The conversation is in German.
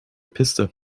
piste